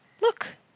Look